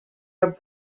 are